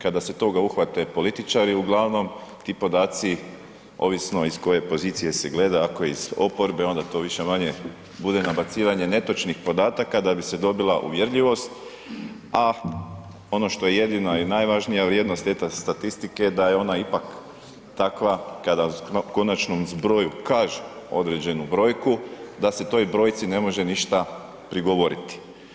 Kada se toga uhvate političari uglavnom ti podaci ovisno iz koje pozicije se gleda, ako iz oporbe, onda to više-manje bude nabacivanje netočnih podataka da bi se dobila uvjerljivost a ono što je jedina i najvažnija vrijednost te statistike je da je ona ipak takva kada konačnom zbroju kaže određenu brojku da se toj brojci ne može ništa prigovoriti.